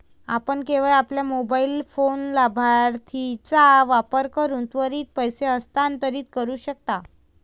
आपण केवळ आपल्या मोबाइल फोन लाभार्थीचा वापर करून त्वरित पैसे हस्तांतरित करू शकता